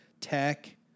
tech